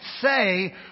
say